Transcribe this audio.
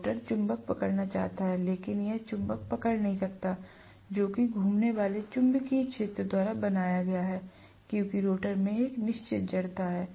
rotor चुंबक पकड़ना चाहता है लेकिन यह चुंबक पकड़ नहीं सकता है जो कि घूमने वाले चुंबकीय क्षेत्र द्वारा बनाया गया है क्योंकि रोटर में एक निश्चित जड़ता है